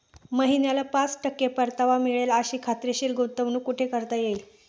महिन्याला पाच टक्के परतावा मिळेल अशी खात्रीशीर गुंतवणूक कुठे करता येईल?